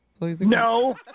no